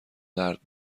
درد